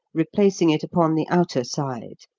replacing it upon the outer side,